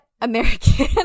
American